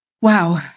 Wow